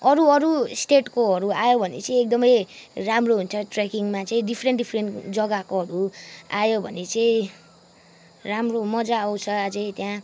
अरू अरू स्टेटकोहरू आयो भने चाहिँ एकदमै राम्रो हुन्छ ट्रेकिङमा चाहिँ डिफ्रेन्ट डिफ्रेन्ट जग्गाकोहरू आयो भने चाहिँ राम्रो मजा आउँछ अझै त्यहाँ